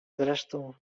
zresztą